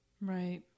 Right